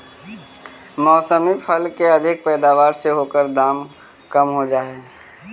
मौसमी फसल के अधिक पैदावार से ओकर दाम कम हो जाऽ हइ